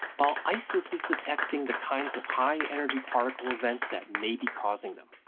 while isis is detecting the kinds of high-energy particle events that may be causing them.